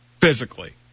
physically